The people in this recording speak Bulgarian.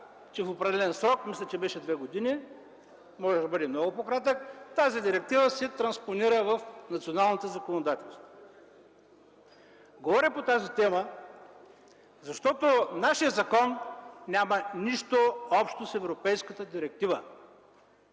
че в определен срок, мисля, че беше две години, може да бъде много по-кратък, тази директива се транспонира в националните законодателства. Говоря по тази тема, защото нашият закон няма нищо общо с европейската директива.